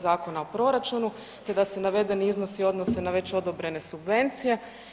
Zakona o proračunu te da se navedeni iznosi odnose na već odobrene subvencije.